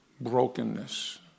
brokenness